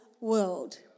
world